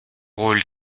rôle